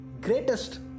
greatest